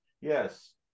yes